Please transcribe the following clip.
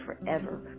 forever